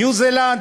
ניו-זילנד,